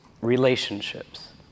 relationships